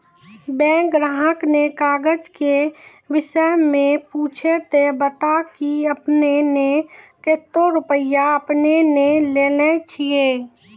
Bank ग्राहक ने काज के विषय मे पुछे ते बता की आपने ने कतो रुपिया आपने ने लेने छिए?